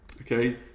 Okay